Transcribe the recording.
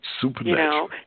Supernatural